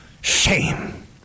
Shame